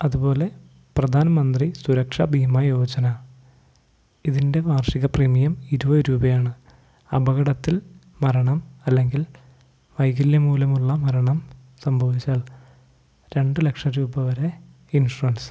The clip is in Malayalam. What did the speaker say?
അതുപോലെ പ്രധാനമന്ത്രി സുരക്ഷാ ഭീമ യോജന ഇതിൻ്റെ വാർഷിക പ്രീമിയം ഇരുപതു രൂപയാണ് അപകടത്തിൽ മരണം അല്ലെങ്കിൽ വൈകല്യം മൂലമുള്ള മരണം സംഭവിച്ചാൽ രണ്ടു ലക്ഷം രൂപ വരെ ഇൻഷുറൻസ്